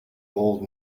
old